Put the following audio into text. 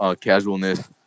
casualness